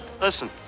listen